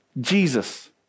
Jesus